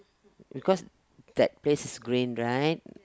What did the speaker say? because that place is green right